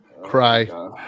cry